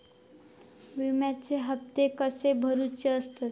विम्याचे हप्ते कसे भरुचे असतत?